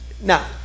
now